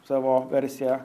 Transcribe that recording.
savo versiją